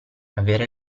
avere